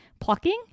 plucking